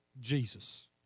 Jesus